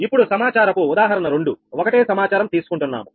ఇప్పుడు సమాచారపు ఉదాహరణ 2 ఒకటే సమాచారం తీసుకుంటున్నాము